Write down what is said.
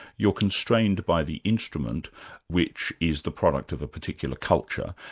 you're constrained by the instrument which is the product of a particular culture,